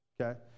okay